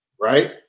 Right